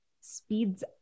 speeds